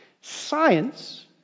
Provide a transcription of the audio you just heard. Science